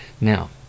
Now